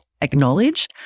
acknowledge